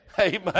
Amen